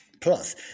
Plus